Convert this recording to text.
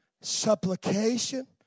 supplication